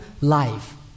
life